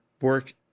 work